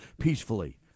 peacefully